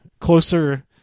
closer